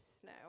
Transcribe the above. snow